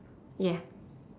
ya